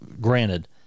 granted